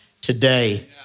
today